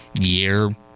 year